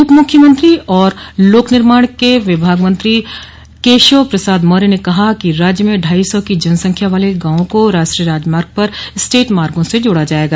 उप मुख्यमंत्री और लोक निर्माण विभाग के मंत्री केशव प्रसाद मौर्य ने कहा है कि राज्य में ढाई सौ की जनसंख्या वाले गांवों को राष्ट्रीय राजमार्ग पर स्टेट मार्गो से जोड़ा जायेगा